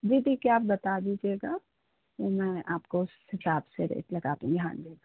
जी जी क्या आप बता दीजिएगा तो मैं आपको उस हिसाब से रेट लगा दूँगी हाँ जी